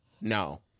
No